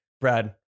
Brad